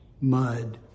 mud